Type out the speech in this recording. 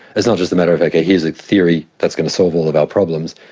it's not just a matter of, okay, here's a theory that's going to solve all of our problems,